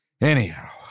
anyhow